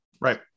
Right